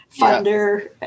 funder